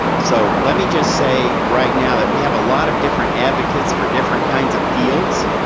so, let me just say right now that we have a lot of different advocates for different kinds of fields.